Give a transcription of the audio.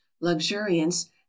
luxuriance